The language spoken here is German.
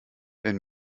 wenn